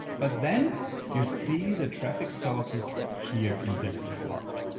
but then you see the traffic sources here in this card.